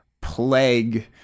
plague